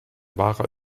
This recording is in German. wahrer